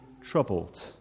troubled